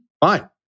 fine